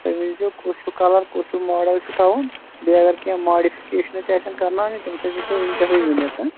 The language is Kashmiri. تُہۍ ؤنۍ زیٚو کُس ہیٛوٗ کَلر کُس ہیوٗ ماڈَل چھُ تھاوُن بیٚیہِ اگر کیٚنٛہہ ماڈِفِکیشن تہِ آسن کرناوٕنۍ تِم تھٲزِیَو تُہۍ وٕنکٮ۪سٕے ؤنِتھ